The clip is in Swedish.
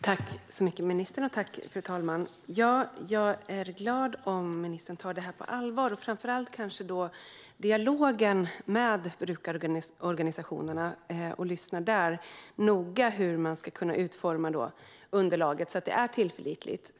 Fru talman! Tack, ministern! Jag är glad om ministern tar detta på allvar och kanske framför allt i dialogen med brukarorganisationerna lyssnar noga på hur man ska kunna utforma underlaget så att det är tillförlitligt.